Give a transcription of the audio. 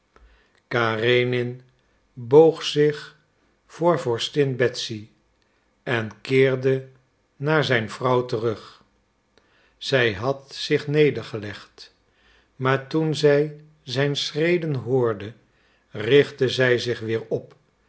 karenin boog zich voor vorstin betsy en keerde naar zijn vrouw terug zij had zich nedergelegd maar toen zij zijn schreden hoorde richtte zij zich weer op